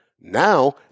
Now